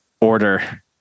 order